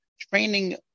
training